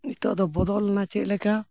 ᱱᱤᱛᱳᱜ ᱫᱚ ᱵᱚᱫᱚᱞᱮᱱᱟ ᱪᱮᱫ ᱞᱮᱠᱟ